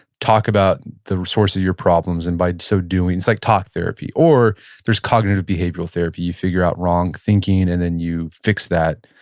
talk about the source of your problems, and by so doing, it's like talk therapy. or there's cognitive behavioral therapy. you figure out wrong thinking, and then you fix that.